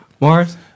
Morris